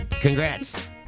Congrats